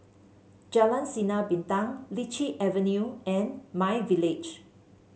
Jalan Sinar Bintang Lichi Avenue and my Village